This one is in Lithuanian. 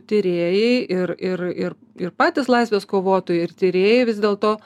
tyrėjai ir ir ir ir patys laisvės kovotojai ir tyrėjai vis dėlto